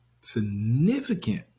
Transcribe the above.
significant